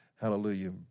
Hallelujah